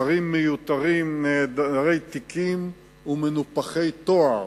שרים מיותרים נעדרי תיקים ומנופחי תואר,